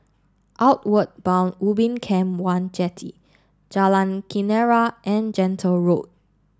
outward Bound Ubin Camp One Jetty Jalan Kenarah and Gentle Road